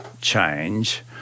change